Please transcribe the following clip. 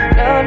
no